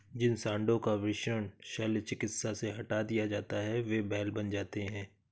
जिन साँडों का वृषण शल्य चिकित्सा से हटा दिया जाता है वे बैल बन जाते हैं